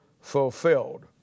fulfilled